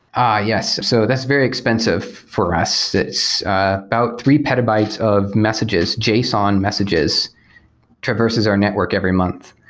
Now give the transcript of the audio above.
ah yes. so that's very expensive for us. it's about three petabytes of messages, json messages traverses our network every month.